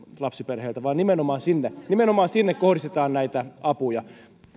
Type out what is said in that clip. lapsiperheiltä kun nimenomaan sinne nimenomaan sinne kohdistetaan näitä apuja